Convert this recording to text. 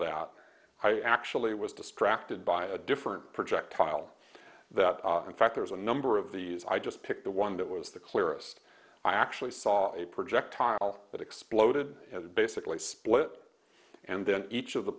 that i actually was distracted by a different projectile that in fact there's a number of these i just picked the one that was the clearest i actually saw a projectile that exploded basically split and then each of the